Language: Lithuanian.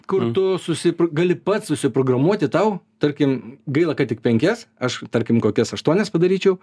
kur tu susip gali pats susiprogramuoti tau tarkim gaila kad tik penkias aš tarkim kokias aštuonias padaryčiau